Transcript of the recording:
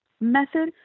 method